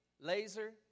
Laser